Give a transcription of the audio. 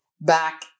back